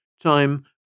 Time